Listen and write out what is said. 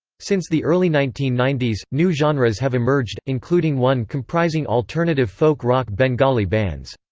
since the early nineteen ninety s, new genres have emerged, including one comprising alternative folk-rock bengali bands.